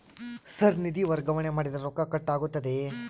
Sir ನಿಧಿ ವರ್ಗಾವಣೆ ಮಾಡಿದರೆ ರೊಕ್ಕ ಕಟ್ ಆಗುತ್ತದೆಯೆ?